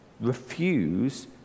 refuse